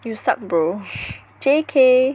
you suck bro J_K